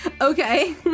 Okay